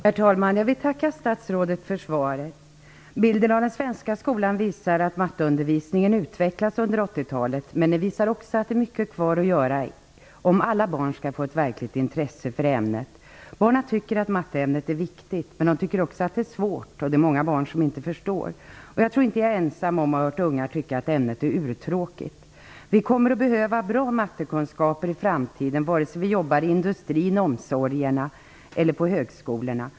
Herr talman! Jag vill tacka statsrådet för svaret. Den svenska skolans matteundervisning har utvecklats under 80-talet, men det finns mycket kvar att göra om alla barn skall få ett verkligt intresse för ämnet. Barnen tycker att matteämnet är viktigt, men de tycker också att det är svårt. Jag tror inte att jag är ensam om att ha hört ungar tycka att ämnet är urtråkigt. Vi kommer att behöva bra mattekunskaper i framtiden, vare sig vi jobbar inom industrin, inom omsorgen eller på högskolorna.